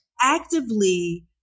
actively